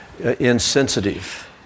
insensitive